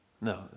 no